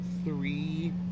Three